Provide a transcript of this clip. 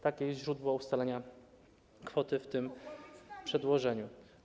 Takie jest źródło ustalenia kwoty w tym przedłożeniu.